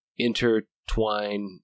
Intertwine